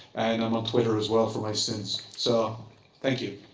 and i'm on twitter as well, for my sins. so thank you.